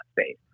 space